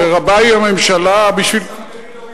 ורבה היא הממשלה, השר בגין,